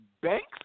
Banks